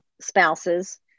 spouses